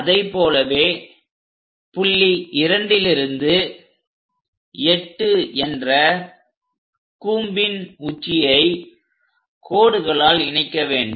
அதைப்போலவே புள்ளி 2லிருந்து 8என்ற கூம்பின் உச்சியை கோடுகளால் இணைக்க வேண்டும்